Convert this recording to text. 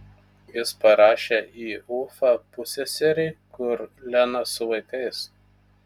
jis parašė į ufą pusseserei kur lena su vaikais